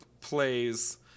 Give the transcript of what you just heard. plays